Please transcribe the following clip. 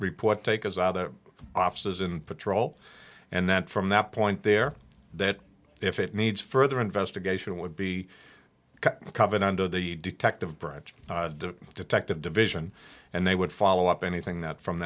report take as other offices in patrol and that from that point there that if it needs further investigation would be covered under the detective branch detective division and they would follow up anything that from